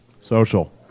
Social